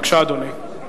בבקשה, אדוני.